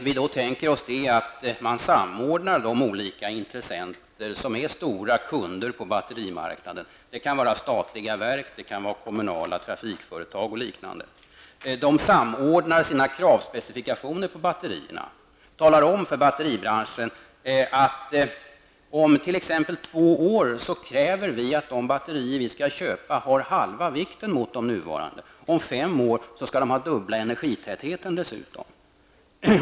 Vi tänker oss då att man samordnar de olika intressenter som är stora kunder på batterimarknaden. Det kan vara statliga verk, kommunala trafikföretag och liknande. Dessa samordnar sina kravspecifikationer på batterierna, talar om för batteribranschen att de t.ex. om två år kräver att de batterier de köper skall ha halva vikten mot de nuvarande. Om fem år skall batterierna dessutom ha dubbla energitätheten.